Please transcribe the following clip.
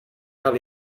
cael